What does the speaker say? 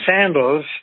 sandals